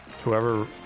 Whoever